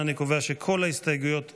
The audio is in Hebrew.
אני קובע שכל ההסתייגויות נדחו.